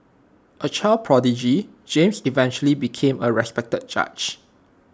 A child prodigy James eventually became A respected judge